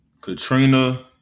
Katrina